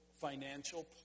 financial